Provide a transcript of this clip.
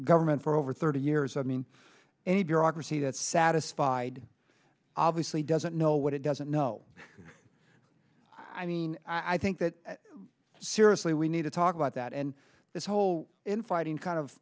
government for over thirty years i mean any bureaucracy that satisfied obviously doesn't know what it doesn't know i mean i think that seriously we need to talk about that and this whole infighting kind of